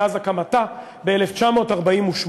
מאז הקמתה של ישראל ב-1948,